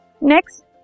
Next